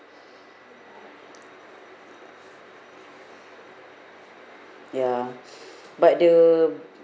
ya but the